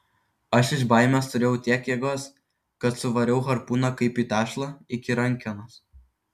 aš iš baimės turėjau tiek jėgos kad suvariau harpūną kaip į tešlą iki rankenos